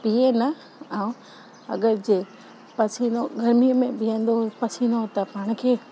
भीहे न ऐं अगरि जे पसीनो गर्मीअ में भीहंदो पसीनो त पाण खे